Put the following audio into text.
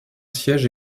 siège